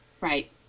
Right